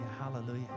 Hallelujah